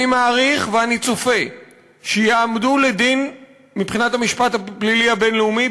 אני מעריך ואני צופה שיעמדו לדין מבחינת המשפט הפלילי הבין-לאומי,